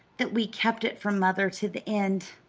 that we kept it from mother to the end.